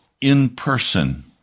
in-person